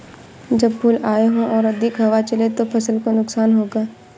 जब फूल आए हों और अधिक हवा चले तो फसल को नुकसान होगा?